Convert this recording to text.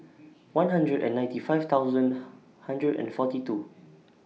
one hundred and ninety five thousand hundred and forty two